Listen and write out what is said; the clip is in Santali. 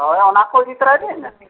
ᱦᱳᱭ ᱚᱱᱟ ᱠᱚ ᱤᱫᱤ ᱛᱟᱨᱟᱭ ᱵᱮᱱ